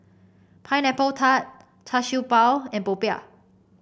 Pineapple Tart Char Siew Bao and popiah